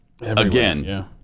Again